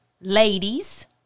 ladies